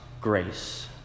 grace